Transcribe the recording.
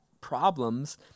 problems